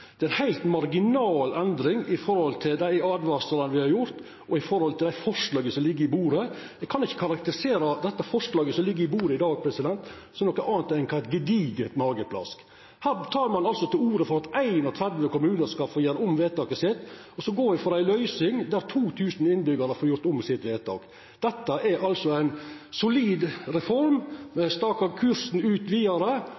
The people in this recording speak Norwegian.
vert tilslutta ein ny kommune. Det vedtaket me gjer i dag, omfattar ca. 2 000 innbyggjarar. Det er ei heilt marginal endring i forhold til dei åtvaringane me har kome med, og i forhold til det forslaget som ligg i bordet. Eg kan ikkje karakterisera det forslaget som ligg i bordet i dag, som noko anna enn eit gedigent mageplask. Her tek ein altså til orde for at 31 kommunar skal få gjera om vedtaket sitt, og så går me for ei løysing der 2 000 innbyggjarar får gjort om vedtaket sitt. Dette er ei solid